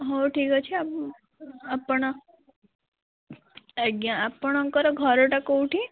ହଉ ଠିକ୍ ଅଛି ଆପଣ ଆଜ୍ଞା ଆପଣଙ୍କର ଘରଟା କେଉଁଠି